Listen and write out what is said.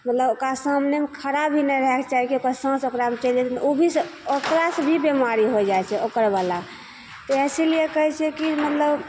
मतलब ओकरा सामनेमे खड़ा भी नहि रहैके चाही कि ओकरा साँस भी ओकरामे चलि जाइ छै तऽ ओ भी से ओकरासे भी बेमारी होइ जाइ छै ओकरवला आओर इसीलिए कहै छिए कि मतलब